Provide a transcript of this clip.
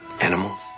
animals